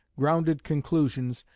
grounded conclusions,